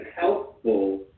helpful